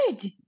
Good